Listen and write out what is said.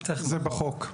זה בחוק.